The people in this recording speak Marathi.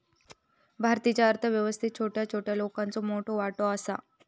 भारतीच्या अर्थ व्यवस्थेत छोट्या छोट्या लोकांचो मोठो वाटो आसा